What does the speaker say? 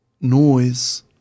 noise